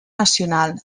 nacional